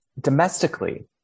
domestically